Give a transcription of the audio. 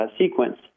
sequence